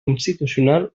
institucional